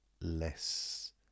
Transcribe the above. less